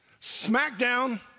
Smackdown